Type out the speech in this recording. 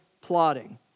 plotting